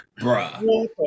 Bruh